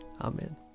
Amen